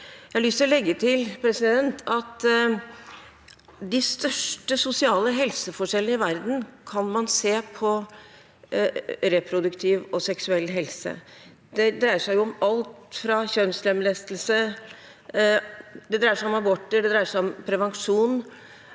til å legge til at de største sosiale helseforskjeller i verden kan man se på reproduktiv og seksuell helse. Det dreier seg om alt fra kjønnslemlestelse til aborter og prevensjon.